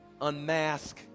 Unmask